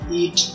eat